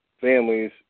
families